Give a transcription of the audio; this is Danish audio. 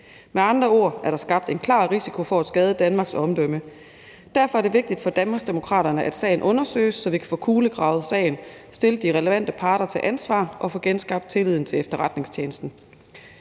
Med andre ord er der skabt en klar risiko for at skade Danmarks omdømme. Derfor er det vigtigt for Danmarksdemokraterne, at sagen undersøges, så vi kan få kulegravet sagen, stille de relevante parter til ansvar og få genskabt tilliden til efterretningstjenesten.